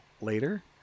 later